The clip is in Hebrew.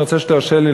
אני רוצה שתרשה לי,